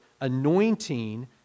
anointing